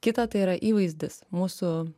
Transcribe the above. kitą tai yra įvaizdis mūsų